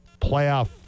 playoff